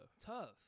Tough